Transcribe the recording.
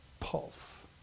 pulse